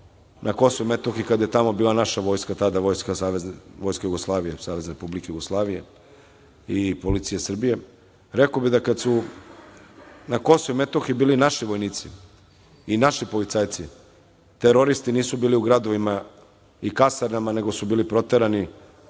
na KiM, kada je tamo bila naša vojska tamo, tada, Vojska Savezne Republike Jugoslavije i policija Srbije. Rekao bih kada su na KiM, bili naši vojnici i naši policajci, teroristi nisu bili u gradovima i kasarnama, nego su bili proterani,